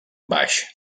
baix